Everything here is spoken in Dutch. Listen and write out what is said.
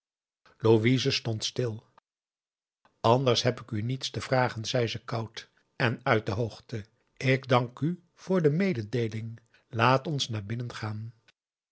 louise stond stil anders heb ik u niets te vragen zei ze koud en uit de hoogte ik dank u voor de mededeeling laat ons naar binnen gaan